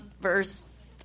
verse